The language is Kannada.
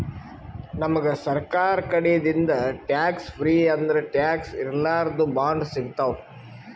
ನಮ್ಗ್ ಸರ್ಕಾರ್ ಕಡಿದಿಂದ್ ಟ್ಯಾಕ್ಸ್ ಫ್ರೀ ಅಂದ್ರ ಟ್ಯಾಕ್ಸ್ ಇರ್ಲಾರ್ದು ಬಾಂಡ್ ಸಿಗ್ತಾವ್